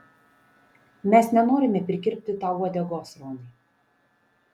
mes nenorime prikirpti tau uodegos ronai